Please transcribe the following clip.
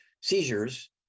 seizures